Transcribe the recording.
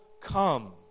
come